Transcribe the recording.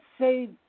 say